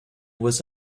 was